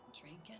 drinking